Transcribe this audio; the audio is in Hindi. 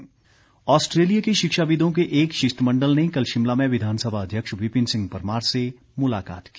मुलाकात ऑस्ट्रेलिया के शिक्षाविदों के एक शिष्टमण्डल ने कल शिमला में विधानसभा अध्यक्ष विपिन सिंह परमार से मुलाकात की